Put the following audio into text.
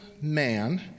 man